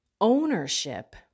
ownership